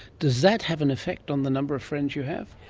does that have an effect on the number of friends you have?